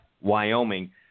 wyoming